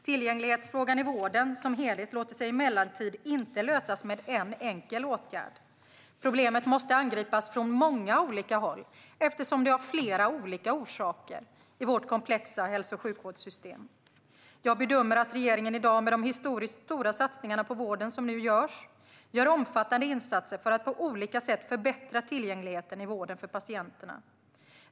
Tillgänglighetsfrågan i vården som helhet låter sig emellertid inte lösas med en enkel åtgärd. Problemet måste angripas från många olika håll eftersom det har flera olika orsaker i vårt komplexa hälso och sjukvårdssystem. Jag bedömer att regeringen i dag, med de historiskt stora satsningar på vården som nu görs, gör omfattande insatser för att på olika sätt förbättra tillgängligheten i vården för patienterna.